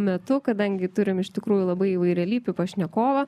metu kadangi turim iš tikrųjų labai įvairialypį pašnekovą